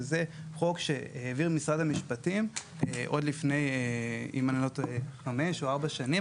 שהוא חוק שהעביר משרד המשפטים עוד לפני כארבע או חמש שנים,